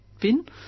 bin